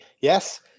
yes